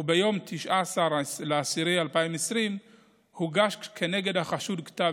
וביום 19 באוקטובר 2020 הוגש כנגד החשוד כתב